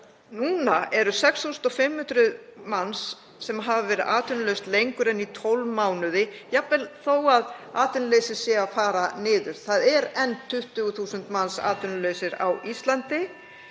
Nú eru 6.500 manns sem hafa verið atvinnulaus lengur en í 12 mánuði, jafnvel þó að atvinnuleysi sé að fara niður. Það eru enn 20.000 manns atvinnulaus á Íslandi.